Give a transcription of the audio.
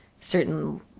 certain